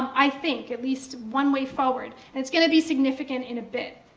i think, at least, one way forward. and it's going to be significant in a bit.